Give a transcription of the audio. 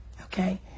okay